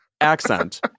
accent